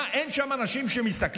מה, אין שם אנשים שמסתכלים?